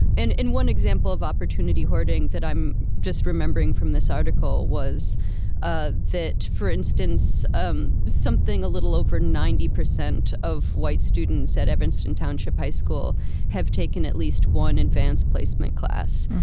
and and one example of opportunity hoarding that i'm just remembering from this article was ah that, for instance, um something a little over ninety percent of white students at evanston township high school have taken at least one advanced placement class.